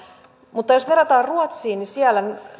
jos verrataan ruotsiin niin siellä